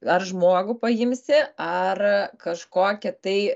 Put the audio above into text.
ar žmogų paimsi ar kažkokį tai